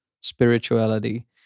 spirituality